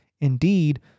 Indeed